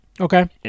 Okay